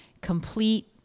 complete